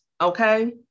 Okay